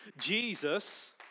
Jesus